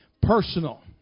personal